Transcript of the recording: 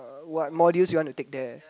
uh what modules you wanna take there